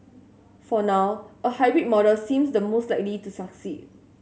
for now a hybrid model seems the most likely to succeed